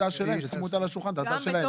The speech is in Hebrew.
שישימו על השולחן את ההצעה שלהם.